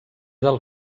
del